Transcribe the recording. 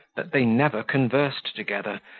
that they never conversed together,